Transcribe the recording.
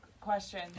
question